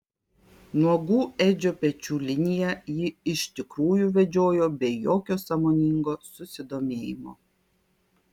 nuogų edžio pečių liniją ji iš tikrųjų vedžiojo be jokio sąmoningo susidomėjimo